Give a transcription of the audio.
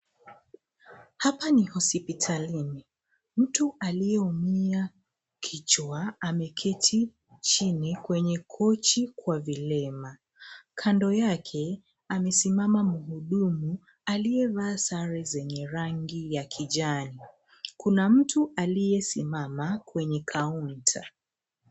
Hapa ni hospitalini. Mtu aliyeumia kichwa ameketi chini kwenye kochi kwa vilema . Kando yake amesimama mhudumu aliyevaa sare zenye rangi ya kijani. Kuna mtu aliyesimama kwenye kaunta.